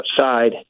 outside